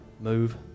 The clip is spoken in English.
move